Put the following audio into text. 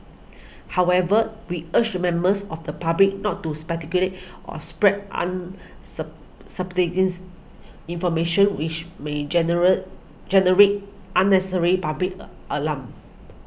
however we urge members of the public not to speculate or spread an information which may general generate unnecessary public alarm